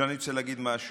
עכשיו אני רוצה לומר משהו,